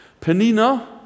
Penina